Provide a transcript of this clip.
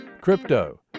Crypto